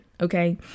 okay